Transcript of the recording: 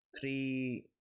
three